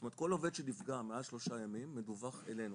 זאת אומרת כל עובד שנפגע מעל שלושה ימים מדווח אלינו,